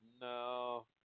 No